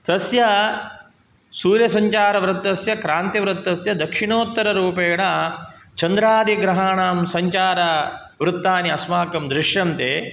तस्य सूर्यसञ्चारवृत्तस्य क्रान्तिवृत्तस्य दक्षिणोत्तररूपेण चन्द्रादिग्रहाणां सञ्चारवृत्तानि अस्माकं दृश्यन्ते